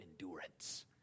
endurance